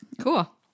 Cool